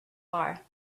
far